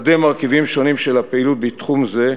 לקדם מרכיבים שונים של הפעילות בתחום זה,